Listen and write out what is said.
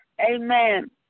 Amen